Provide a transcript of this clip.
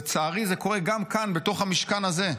לצערי, זה קורה גם כאן, בתוך המשכן הזה.